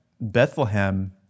Bethlehem